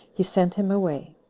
he sent him away.